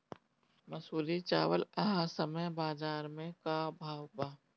मंसूरी चावल एह समय बजार में का भाव बा?